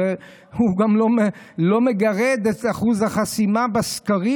הוא גם לא מגרד את אחוז החסימה בסקרים,